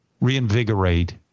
reinvigorate